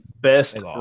best